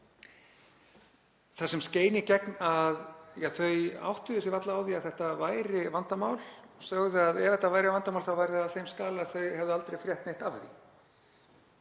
Þar skein í gegn að þau áttuðu sig varla á því að þetta væri vandamál og sögðu að ef þetta væri vandamál væri það á þeim skala að þau hefðu aldrei frétt neitt af því.